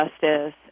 justice